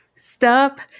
Stop